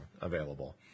available